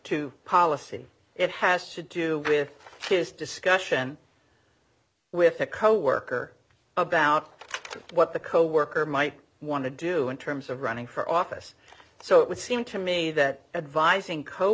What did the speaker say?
to policy it has to do with this discussion with a coworker about what the coworker might want to do in terms of running for office so it would seem to me that advising